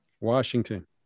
Washington